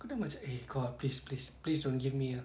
aku dah macam eh kau please please please don't give me a